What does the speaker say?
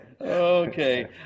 Okay